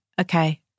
okay